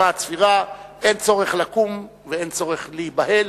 הצפירה אין צורך לקום ואין צורך להיבהל.